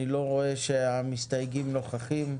אני לא רואה שהמסתייגים נוכחים ,